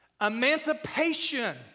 emancipation